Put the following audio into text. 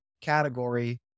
category